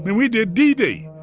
and we did did d-day.